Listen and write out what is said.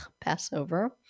Passover